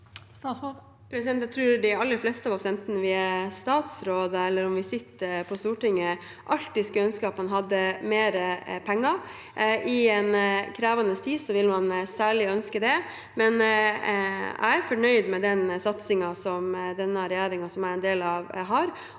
Jeg tror de al- ler fleste av oss, enten man er statsråd eller sitter på Stortinget, alltid skulle ønske at man hadde mer penger. I en krevende tid vil man særlig ønske det. Jeg er fornøyd med den satsingen som regjeringen jeg er en del av, har